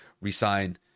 resign